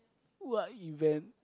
what event